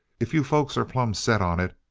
if you folks are plumb set on it,